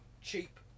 cheap